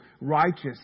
righteous